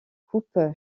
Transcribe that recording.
coupe